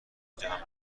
جمعش